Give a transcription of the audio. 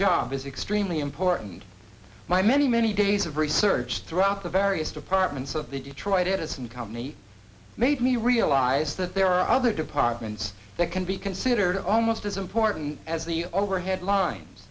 job is extremely important and my many many days of research throughout the various departments of the detroit edison company made me realize that there are other departments that can be considered almost as important as the overhead lines